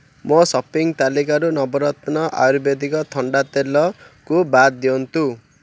ମୋ ସପିଙ୍ଗ ତାଲିକାରୁ ନବରତ୍ନ ଆୟୁର୍ବେଦିକ ଥଣ୍ଡା ତେଲକୁ ବାଦ ଦିଅନ୍ତୁ